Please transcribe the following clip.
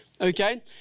okay